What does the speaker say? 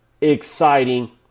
exciting